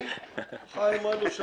חיים אלוש אמר: